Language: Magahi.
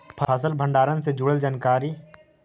फसल भंडारन से जुड़ल जानकारी?